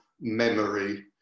memory